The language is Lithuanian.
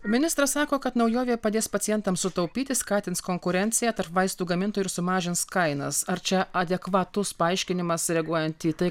ministras sako kad naujovė padės pacientam sutaupyti skatins konkurenciją tarp vaistų gamintojų sumažins kainas ar čia adekvatus paaiškinimas reaguojant į tai